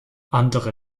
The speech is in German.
andere